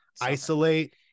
isolate